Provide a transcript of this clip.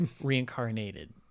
reincarnated